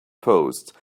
post